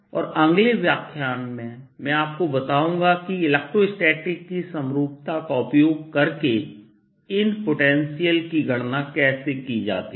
और अगले व्याख्यान में मैं आपको बताऊंगा कि इलेक्ट्रोस्टैटिक्स की समरूपता का उपयोग करके इन पोटेंशियल की गणना कैसे की जाती है